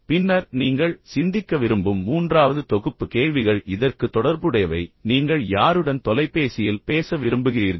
பின்னர் நீங்கள் சிந்திக்க விரும்பும் மூன்றாவது தொகுப்பு கேள்விகள் இதற்கு தொடர்புடையவை நீங்கள் யாருடன் தொலைபேசியில் பேச விரும்புகிறீர்கள்